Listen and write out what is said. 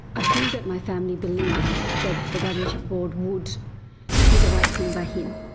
i think that my family believed that the guardianship board would do the right thing by him,